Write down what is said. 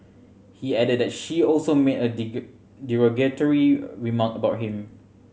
he added that she also made a derogatory remark about him